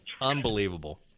Unbelievable